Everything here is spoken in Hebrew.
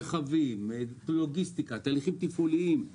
ברכבים, בלוגיסטיקה, בתהליכים תפעוליים.